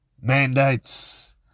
mandates